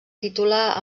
titular